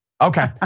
Okay